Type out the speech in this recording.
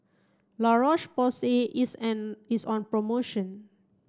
La Roche Porsay is an is on promotion